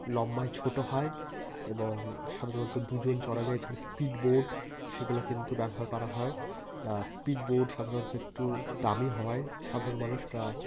লম্বায় ছোটো হয় এবং সাধারণত দুজন চড়া যায় এছাড়া স্পীডবোট সেগুলো কিন্তু ব্যবহার করা হয় স্পীডবোট সাধারণত একটু দামি হওয়ায় সাধারণ মানুষরা